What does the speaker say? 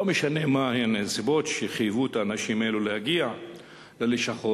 לא משנה מהן הנסיבות שחייבו את האנשים האלה להגיע ללשכות,